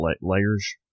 layers